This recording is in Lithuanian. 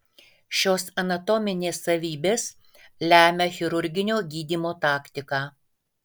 šios anatominės savybės lemia chirurginio gydymo taktiką